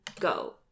go